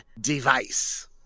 Device